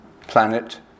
planet